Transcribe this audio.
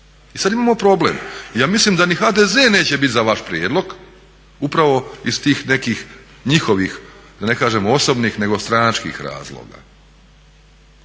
I sada imamo problem, ja mislim da niti HDZ neće biti za vaš prijedlog upravo iz tih nekih njihovih, da ne kažem osobnih nego stranačkih razloga.